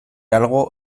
algo